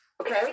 okay